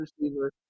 receiver